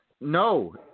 no